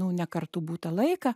nu ne kartu būtą laiką